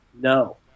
No